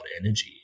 energy